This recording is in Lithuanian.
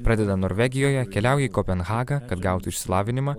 pradeda norvegijoje keliauja į kopenhagą kad gautų išsilavinimą